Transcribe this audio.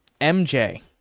mj